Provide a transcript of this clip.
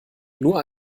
nur